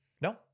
No